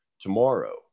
tomorrow